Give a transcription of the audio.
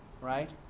right